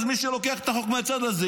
מי שלוקח את החוק מהצד הזה,